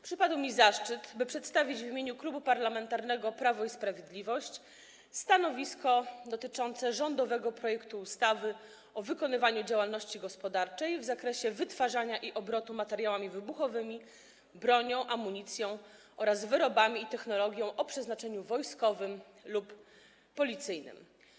Przypadł mi zaszczyt przedstawienia w imieniu Klubu Parlamentarnego Prawo i Sprawiedliwość stanowiska dotyczącego rządowego projektu ustawy o wykonywaniu działalności gospodarczej w zakresie wytwarzania i obrotu materiałami wybuchowymi, bronią, amunicją oraz wyrobami i technologią o przeznaczeniu wojskowym lub policyjnym.